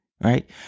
Right